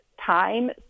time